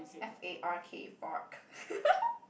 F A R K fark